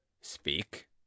Speak